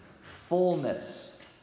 fullness